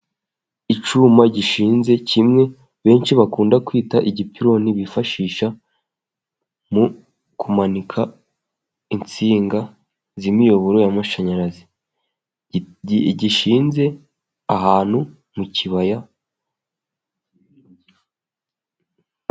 Icyuma gishinze kimwe, benshi bakunda kwita igipironi, bifashisha mu kumanika insinga z'imiyoboro y'amashanyarazi, gishinze ahantu mu kibaya.